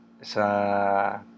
sa